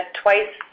twice